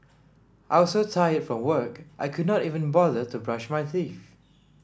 I was so tired from work I could not even bother to brush my teeth